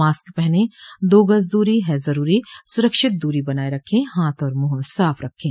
mask पहनें दो गज दूरी है जरूरी सुरक्षित दूरी बनाए रखें हाथ और मुंह साफ रखें